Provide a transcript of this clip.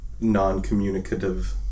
Non-communicative